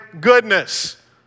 goodness